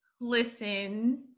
Listen